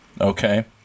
okay